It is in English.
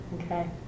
Okay